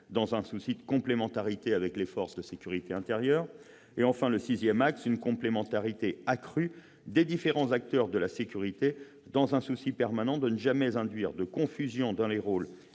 dans un souci de complémentarité avec les forces de sécurité intérieure. Enfin, le sixième axe est la complémentarité accrue des différents acteurs de la sécurité, avec le souci permanent de ne jamais induire de confusion dans les rôles